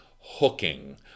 hooking